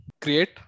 create